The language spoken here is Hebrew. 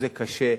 זה קשה.